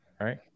right